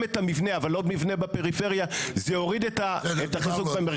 בתקווה שאלה שנבנו לאחר מכן נבנו כמו שצריך ולא יתברר כמו שקרה